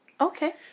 Okay